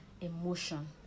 emotion